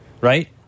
right